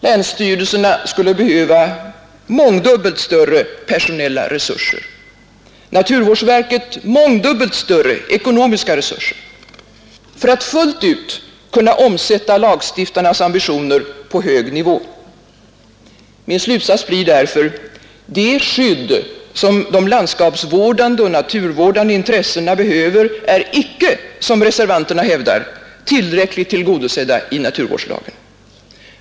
Länsstyrelserna skulle behöva mångdubbelt större personella resurser, naturvårdsverket mångdubbelt större ekonomiska resurser för att fullt ut kunna omsätta lagstiftarnas ambitioner på hög nivå. Min slutsats blir därför: det skydd som de landskapsvårdande och naturvårdande intressena behöver är icke, som reservanterna hävdar, tillräckligt tillgodosett i naturvårdslagen.